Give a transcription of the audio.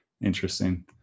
Interesting